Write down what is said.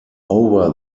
over